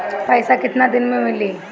पैसा केतना दिन में मिली?